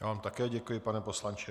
Já vám také děkuji, pane poslanče.